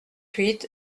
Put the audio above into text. huit